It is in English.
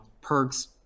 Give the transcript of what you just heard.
perks